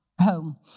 home